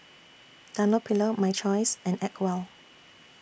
Dunlopillo My Choice and Acwell